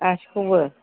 गासैखौबो